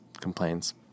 complains